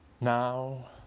Now